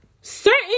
certain